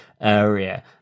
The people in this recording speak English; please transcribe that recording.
area